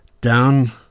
Down